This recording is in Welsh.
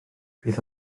bydd